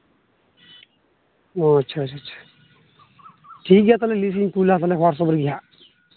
ᱚᱸᱻ ᱟᱪᱪᱷᱟ ᱟᱪᱪᱷᱟ ᱴᱷᱤᱠ ᱜᱮᱭᱟ ᱛᱟᱦᱚᱞᱮ ᱱᱤᱭᱟᱹᱜᱮᱧ ᱠᱩᱞᱟ ᱛᱟᱦᱚᱞᱮ ᱦᱳᱣᱟᱴᱥᱮᱯ ᱨᱮᱜᱮ ᱦᱟᱸᱜ